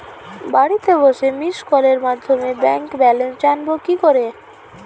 বাড়িতে বসে মিসড্ কলের মাধ্যমে ব্যাংক ব্যালেন্স জানবো কি করে?